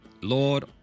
Lord